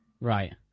Right